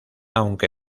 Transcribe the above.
aunque